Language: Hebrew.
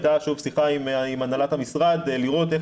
הייתה שיחה עם הנהלת המשרד לראות איך